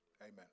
Amen